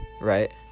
Right